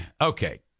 Okay